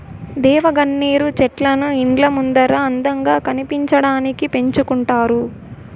దేవగన్నేరు చెట్లను ఇండ్ల ముందర అందంగా కనిపించడానికి పెంచుకుంటారు